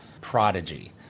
Prodigy